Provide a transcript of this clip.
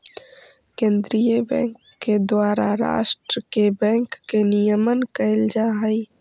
केंद्रीय बैंक के द्वारा राष्ट्र के बैंक के नियमन कैल जा हइ